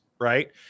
right